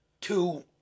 Two